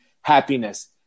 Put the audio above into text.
happiness